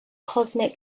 cosmic